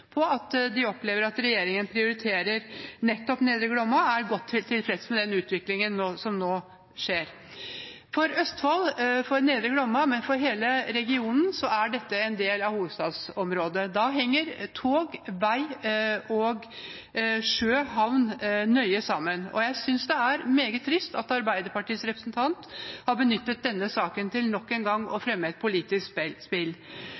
at de opplever at regjeringen prioriterer nettopp Nedre Glomma, og de er godt tilfreds med den utviklingen som nå skjer. For Østfold – Nedre Glomma, men også hele regionen – er en del av hovedstadsområdet. Da henger tog, vei og sjø og havn nøye sammen, og jeg synes det er meget trist at Arbeiderpartiets representant har benyttet denne saken til nok en gang å fremme et politisk spill.